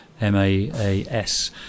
M-A-A-S